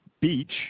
beach